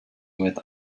with